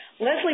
Leslie